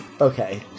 Okay